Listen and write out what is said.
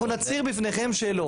אנחנו נצהיר בפניכם שלא.